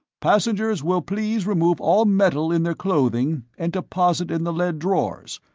passengers will please remove all metal in their clothing, and deposit in the lead drawers.